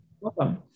Welcome